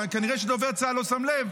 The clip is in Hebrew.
כנראה שדובר צה"ל לא שם לב,